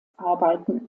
arbeiten